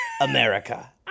America